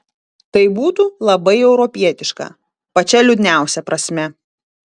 tai būtų labai europietiška pačia liūdniausia prasme